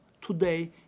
Today